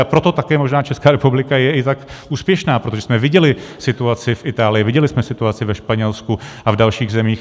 A proto také možná Česká republika je i tak úspěšná, protože jsme viděli situaci v Itálii, viděli jsme situaci ve Španělsku a v dalších zemích.